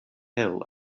hill